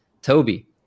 Toby